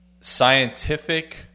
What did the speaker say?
scientific